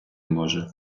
може